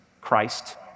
Christ